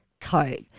coat